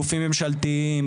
גופים ממשלתיים,